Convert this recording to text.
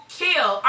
kill